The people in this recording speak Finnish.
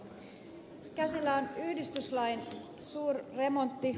käsillä on yhdistyslain suurremontti